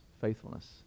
faithfulness